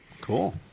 Cool